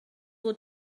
will